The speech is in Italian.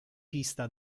pista